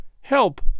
help